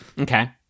Okay